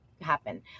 happen